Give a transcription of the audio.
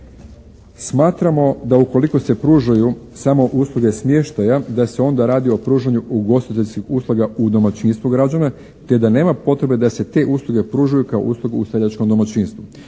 Smatramo da ukoliko se pružaju samo usluge smještaja da se onda radi o pružanju ugostiteljskih usluga u domaćinstvu građana te da nema potrebe da se te usluge pružaju kao usluge u seljačkom domaćinstvu.